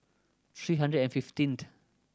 three hundred and fifteenth